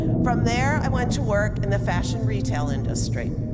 from there, i went to work in the fashion retail industry.